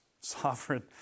sovereign